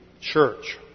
church